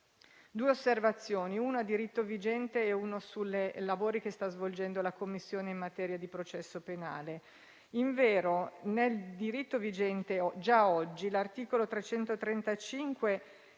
due osservazioni, una sul diritto vigente e una sui lavori che sta svolgendo la commissione in materia di processo penale. Invero, nel diritto vigente, già oggi l'articolo 335